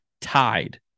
tied